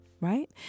Right